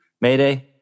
Mayday